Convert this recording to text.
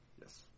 Yes